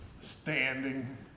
standing